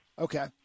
Okay